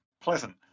Pleasant